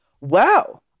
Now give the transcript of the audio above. wow